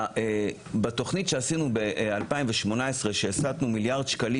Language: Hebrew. בתוכנית שעשינו ב-2018 שהסתנו מיליארד שקלים